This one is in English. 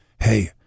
hey